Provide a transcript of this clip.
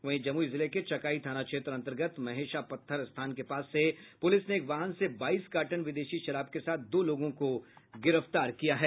वहीं जमुई जिले के चकाई थाना क्षेत्र अंतर्गत महेशा पत्थर स्थान के पास से पुलिस ने एक वाहन से बाईस कार्टन विदेशी शराब के साथ दो लोगों को गिरफ्तार किया है